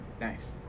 Nice